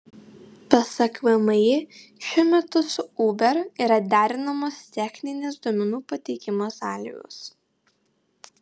pasak vmi šiuo metu su uber yra derinamos techninės duomenų pateikimo sąlygos